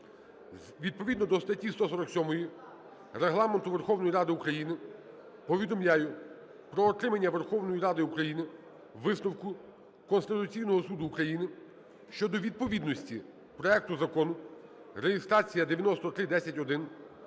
Відповідно до статті 147 Регламенту Верховної Ради України повідомляю про отримання Верховною Радою України Висновку Конституційного Суду України щодо відповідності проекту Закону (реєстрація 9310-1)